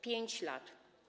5 lat.